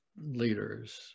leaders